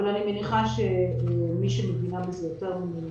אני מניחה שמי שמבינה בזה יותר ממני,